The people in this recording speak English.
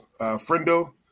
Friendo